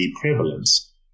prevalence